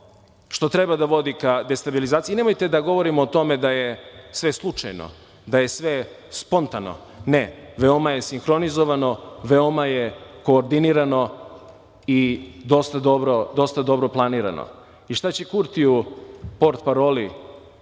što treba da vodi ka destabilizaciji, i nemojmo da govorimo o tome da je sve slučajno, spontano, veoma je sinhronizovano i veoma je koordinirano i dosta dobro planirano. Šta će Kurtiju portparoli,